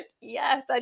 yes